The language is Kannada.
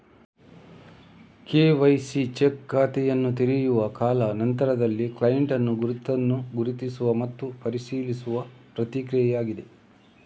ಕೆ.ವೈ.ಸಿ ಚೆಕ್ ಖಾತೆಯನ್ನು ತೆರೆಯುವ ಕಾಲಾ ನಂತರದಲ್ಲಿ ಕ್ಲೈಂಟಿನ ಗುರುತನ್ನು ಗುರುತಿಸುವ ಮತ್ತು ಪರಿಶೀಲಿಸುವ ಪ್ರಕ್ರಿಯೆಯಾಗಿದೆ